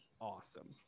awesome